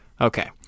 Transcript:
Okay